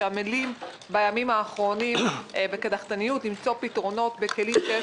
שעמלים בימים האחרונים בקדחתניות למצוא פתרונות בכלים שיש